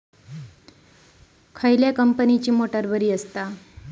खयल्या कंपनीची मोटार बरी असता?